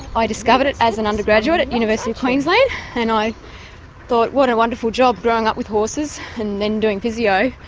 i discovered it as an undergraduate at university of queensland and i thought, what a wonderful job growing up with horses. and then doing physio,